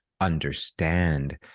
understand